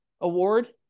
award